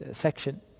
section